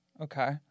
okay